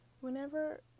whenever